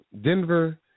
Denver